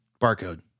Barcode